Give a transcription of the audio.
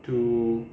too